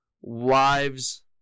wives